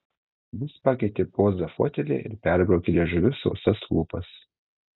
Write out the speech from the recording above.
jis pakeitė pozą fotelyje ir perbraukė liežuviu sausas lūpas